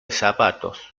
zapatos